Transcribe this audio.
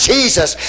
Jesus